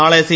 നാളെ സി